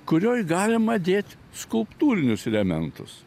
kurioj galima dėt skulptūrinius elementus